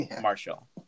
Marshall